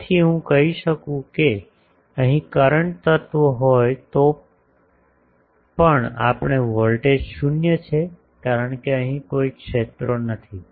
તેથી હું કહી શકું છું કે અહીં કરંટ તત્વ હોય તો પણ આ વોલ્ટેજ શૂન્ય છે કારણ કે અહીં કોઈ ક્ષેત્રો નથી